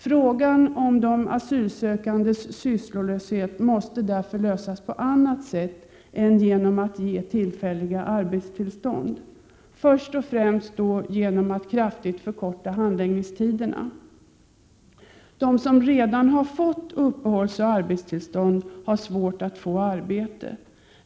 Frågan om de asylsökandes sysslolöshet måste därför lösas på annat sätt än genom tillfälliga arbetstillstånd, först och främst genom att kraftigt förkorta handläggningstiderna. De som redan har uppehållsoch arbetstillstånd har svårt att få arbete.